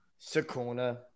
Sakuna